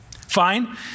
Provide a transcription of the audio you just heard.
Fine